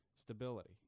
stability